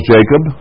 Jacob